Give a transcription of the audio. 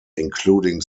including